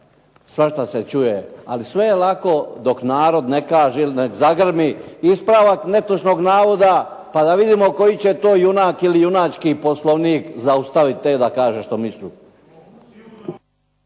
Svašta se čuje, ali sve je lako dok narod ne kaže ili ne zagrmi ispravak netočnog navoda, pa da vidimo koji će to junak ili junački poslovnih zaustaviti te da kaže što mislu.